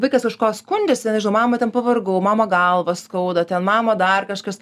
vaikas kažko skundžiasi mama ten pavargau mama galvą skauda ten mama dar kažkas